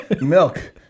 Milk